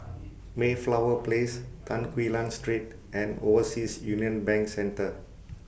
Mayflower Place Tan Quee Lan Street and Overseas Union Bank Centre